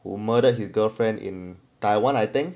who murdered his girlfriend in taiwan I think